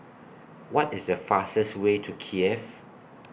What IS The fastest Way to Kiev